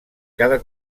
cada